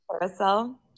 carousel